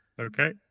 Okay